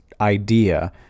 idea